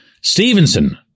Stevenson